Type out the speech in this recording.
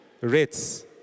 rates